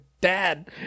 dad